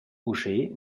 uschè